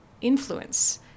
influence